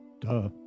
duh